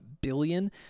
billion